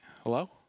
Hello